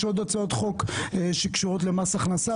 יש עוד הצעות חוק שקשורות למס הכנסה.